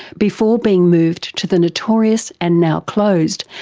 before being moved to the notorious, and now closed,